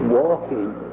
walking